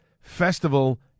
Festival